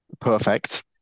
perfect